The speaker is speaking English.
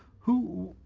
who